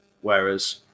Whereas